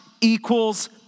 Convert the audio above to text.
equals